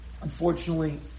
unfortunately